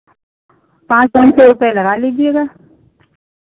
पाँच पाँच सौ रुपये लगा लीजिएगा